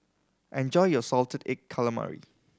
enjoy your salted egg calamari